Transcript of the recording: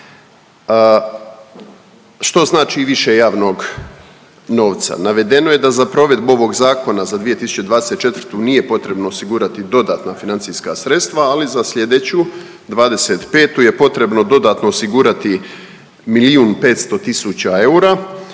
Što znači više javnog novca? Navedeno je da za provedbu ovog zakona za 2024. nije potrebno osigurati dodatna financijska sredstva, ali za sljedeću 2025. je potrebno dodatno osigurati milijun